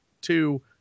two